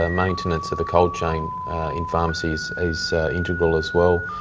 ah maintenance of the cold chain in pharmacies is integral as well,